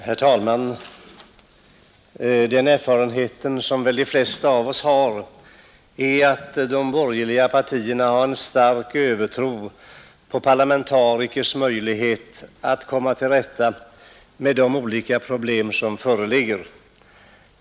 Herr talman! Den erfarenhet som väl de flesta av oss har är att de borgerliga partierna har en stark övertro på parlamentarikers möjlighet att komma till rätta med de olika problem som föreligger.